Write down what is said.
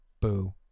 boo